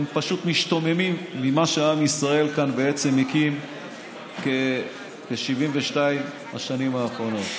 הם פשוט משתוממים ממה שעם ישראל כאן הקים ב-72 השנים האחרונות.